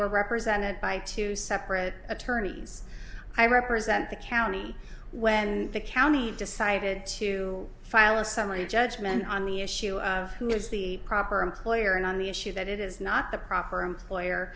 were represented by two separate attorneys i represent the county when the county decided to file a summary judgment on the issue of who is the proper employer and on the issue that it is not the proper employer